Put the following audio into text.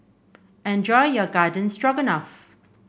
enjoy your Garden Stroganoff